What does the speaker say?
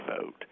vote